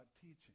teaching